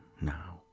now